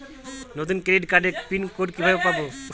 নতুন ক্রেডিট কার্ডের pin code কিভাবে পাব?